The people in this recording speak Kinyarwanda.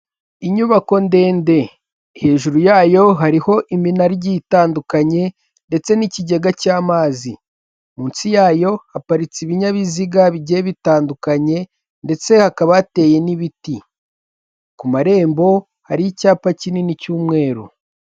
Inyubako ndende hejuru yayo hariho iminara igiye itandukanye ndetse n'ikigega cy'amazi, munsi yayo haparitse ibinyabiziga bigiye bitandukanye, ndetse hakaba hateye n'ibiti, ku marembo hari icyapa kinini cy'umweru.